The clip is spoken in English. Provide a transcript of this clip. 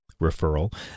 referral